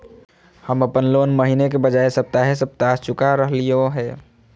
हम अप्पन लोन महीने के बजाय सप्ताहे सप्ताह चुका रहलिओ हें